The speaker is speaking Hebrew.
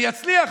אני אצליח,